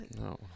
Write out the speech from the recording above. No